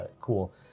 cool